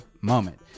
moment